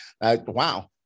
Wow